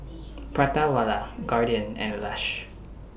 Prata Wala Guardian and Lush